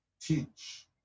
teach